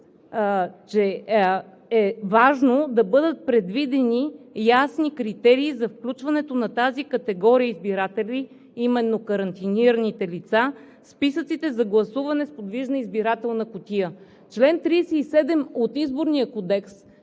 че е важно да бъдат предвидени ясни критерии за включването на тази категория избиратели, именно карантинираните лица, в списъците за гласуване с подвижна избирателна кутия. Член 37 от Изборния кодекс